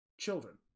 children